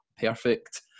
perfect